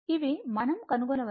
ఇవి మనం కనుగొనవలసిన విషయాలు